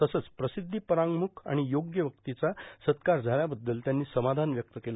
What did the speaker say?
तसंच प्रसिद्धी एरांगमुख आणि योग्य व्यक्तीचा सत्कार झाल्याबद्दल त्यांनी समाधान व्यक्त केलं